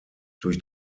durch